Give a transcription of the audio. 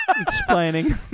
Explaining